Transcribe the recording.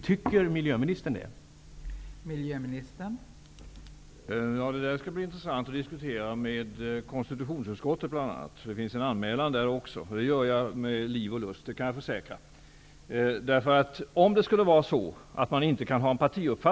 Anser miljöministern att det är möjligt?